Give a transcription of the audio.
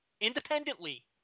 independently